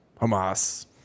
hamas